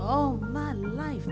all my life